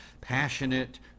passionate